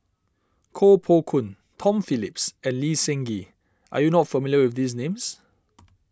Koh Poh Koon Tom Phillips and Lee Seng Gee are you not familiar with these names